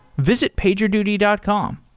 visit pagerduty dot com.